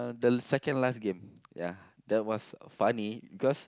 the second last game yeah that was funny because